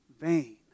vain